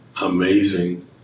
amazing